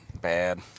bad